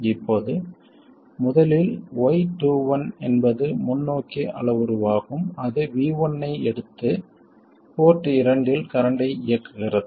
இப்போது முதலில் y21 என்பது முன்னோக்கி அளவுருவாகும் அது V1 ஐ எடுத்து போர்ட் இரண்டில் கரண்ட்டை இயக்குகிறது